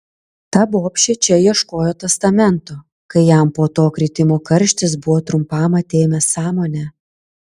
ta bobšė čia ieškojo testamento kai jam po to kritimo karštis buvo trumpam atėmęs sąmonę